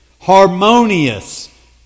harmonious